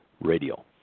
Radio